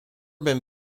been